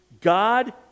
God